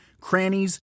crannies